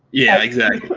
yeah, exactly.